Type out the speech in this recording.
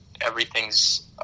everything's